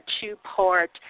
two-part